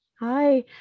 Hi